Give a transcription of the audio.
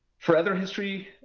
for other history,